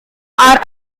are